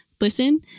listen